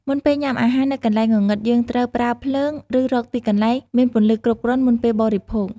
មុនពេលញាំអាហារនៅកន្លែងងងឹតយើងត្រូវ បើកភ្លើង ឬរកទីកន្លែងមានពន្លឺគ្រប់គ្រាន់មុនពេលបរិភោគ ។